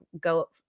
go